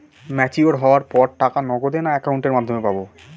Mature হওয়ার পর টাকা নগদে না অ্যাকাউন্টের মাধ্যমে পাবো?